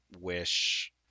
wish